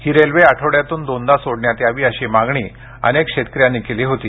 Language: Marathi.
ही रेल्वे आठवड्यातून दोनदा सोडण्यात यावी अशी मागणी अनेक शेतकऱ्यांनी केली होती